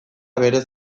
berez